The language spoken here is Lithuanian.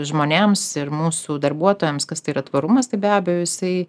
žmonėms ir mūsų darbuotojams kas tai yra tvarumas tai be abejo jisai